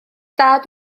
stad